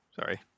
Sorry